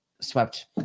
swept